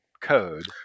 code